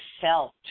felt